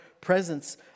presence